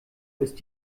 ist